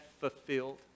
fulfilled